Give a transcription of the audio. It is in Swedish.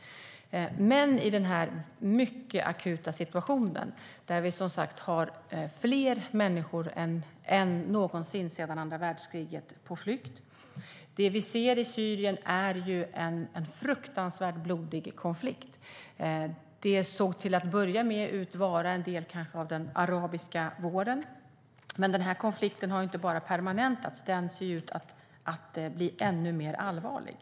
Men i den här mycket akuta situationen har vi som sagt fler människor på flykt än någonsin sedan andra världskriget. Det vi ser i Syrien är en fruktansvärt blodig konflikt. Den såg till att börja med ut att vara en del av den arabiska våren, men den här konflikten har inte bara permanentats utan ser ut att bli ännu mer allvarlig.